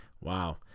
Wow